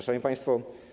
Szanowni Państwo!